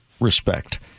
respect